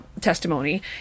testimony